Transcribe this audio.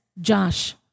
Josh